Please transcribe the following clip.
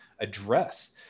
address